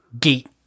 gate